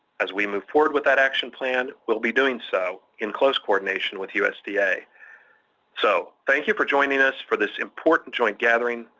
as we move forward with that action plan, we'll be doing so in close coordination with usda. so thank you for joining us for this important joint gathering.